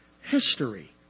history